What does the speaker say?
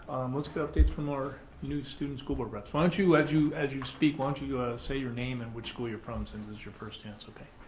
let's get updates from our new student school board reps. why don't you, as you as you speak, why don't you you ah say your name and which school your from since this is your first chance, okay.